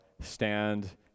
stand